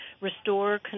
restore